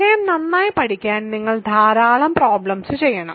വിഷയം നന്നായി പഠിക്കാൻ നിങ്ങൾ ധാരാളം പ്രോബ്ലെംസ് ചെയ്യണം